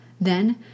Then